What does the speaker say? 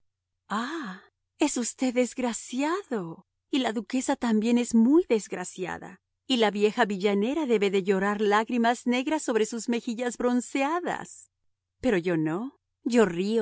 es usted desgraciado y la duquesa también es muy desgraciada y la vieja villanera debe de llorar lágrimas negras sobre sus mejillas bronceadas pero yo no yo